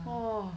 oh